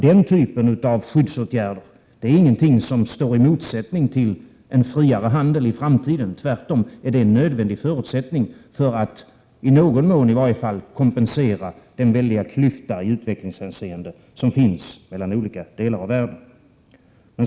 Den typen av skyddsåtgärder är ingenting som står i motsättning till en friare handel i framtiden. Tvärtom är det en nödvändig förutsättning för att i varje fall i någon mån kompensera den väldiga klyfta i utvecklingshänseende som finns mellan olika delar av världen.